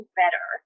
better